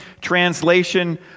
Translation